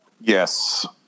Yes